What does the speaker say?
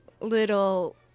little